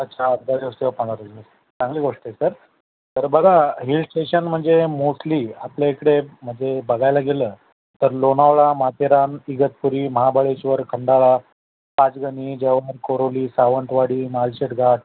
अच्छा आठ दहा दिवस किंवा पंधरा दिवस चांगली गोष्ट आहे सर तर बघा हिल स्टेशन म्हणजे मोस्टली आपल्या इकडे म्हणजे बघायला गेलं तर लोणावळा माथेरान इगतपुरी महाबळेश्वर खंडाळा पाचगणी जव्हार कोरोली सावंतवाडी माळशेज घाट